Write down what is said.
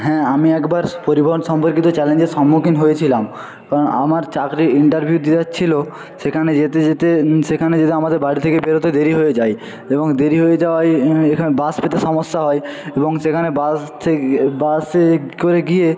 হ্যাঁ আমি একবার পরিবহন সম্পর্কিত চ্যালেঞ্জের সম্মুখীন হয়েছিলাম কারণ আমার চাকরির ইন্টারভিউ যেটা ছিলো সেখানে যেতে যেতে সেখানে যেতে আমাদের বাড়ি থেকে বেরোতে দেরি হয়ে যায় এবং দেরি হয়ে যাওয়ায় বাস পেতে সমস্যা হয় এবং সেখানে বাসে বাসে করে গিয়ে